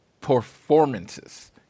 performances